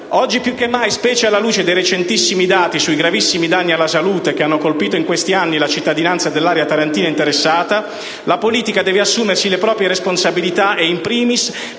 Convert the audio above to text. Oggi più che mai, specie alla luce dei recentissimi dati sui gravissimi danni alla salute che hanno colpito in questi anni la cittadinanza dell'area tarantina interessata, la politica deve assumersi le proprie responsabilità e, *in primis*,